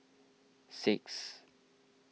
six